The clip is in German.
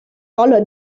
dolle